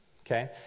Okay